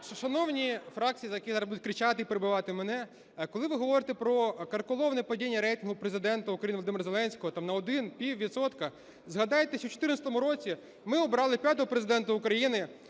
Шановні фракції, які зараз будуть кричати і перебивати мене, коли ви говорите про карколомне падіння рейтингу Президента України Володимира Зеленського там на один, пів відсотка, згадайте, що в 2014 році ми обрали п'ятого Президента України,